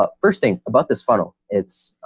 but first thing about this funnel, it's